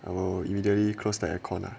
I will immediately closed the aircon lah